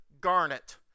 Garnet